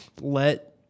Let